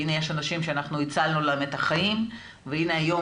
והנה יש אנשים שהצלנו להם את החיים והנה היום